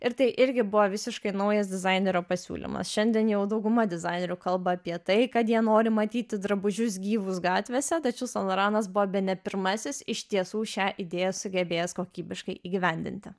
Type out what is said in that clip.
ir tai irgi buvo visiškai naujas dizainerio pasiūlymas šiandien jau dauguma dizainerių kalba apie tai kad jie nori matyti drabužius gyvus gatvėse tačiau san loranas buvo bene pirmasis iš tiesų šią idėją sugebėjęs kokybiškai įgyvendinti